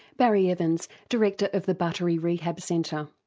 barry evans, director of the buttery rehab centre.